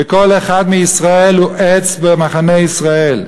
וכל אחד מישראל הוא עץ במחנה ישראל.